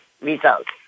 results